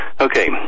Okay